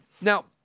Now